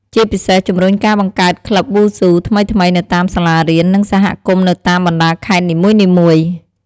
ជាពិសេសជំរុញការបង្កើតក្លឹបវ៉ូស៊ូថ្មីៗនៅតាមសាលារៀន និងសហគមន៍នៅតាមបណ្តាខេត្តនីមួយៗ។